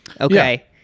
okay